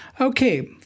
Okay